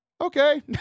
okay